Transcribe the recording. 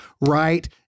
right